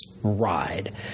ride